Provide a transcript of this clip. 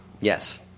yes